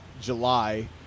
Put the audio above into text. July